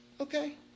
Okay